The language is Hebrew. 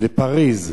לפריס,